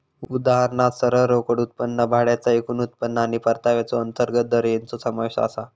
उदाहरणात सरळ रोकड उत्पन्न, भाड्याचा एकूण उत्पन्न आणि परताव्याचो अंतर्गत दर हेंचो समावेश आसा